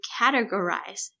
categorize